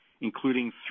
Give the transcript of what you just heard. including